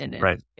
Right